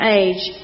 age